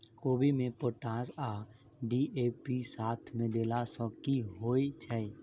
कोबी मे पोटाश आ डी.ए.पी साथ मे देला सऽ की होइ छै?